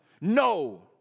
No